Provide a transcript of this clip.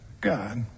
God